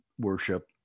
worship